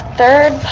third